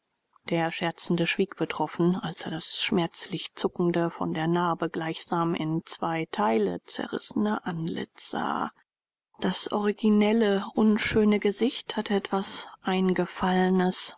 der scherzende schwieg betroffen als er das schmerzlich zuckende von der narbe gleichsam in zwei teile zerrissene antlitz sah das originelle unschöne gesicht hatte etwas eingefallenes